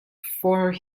for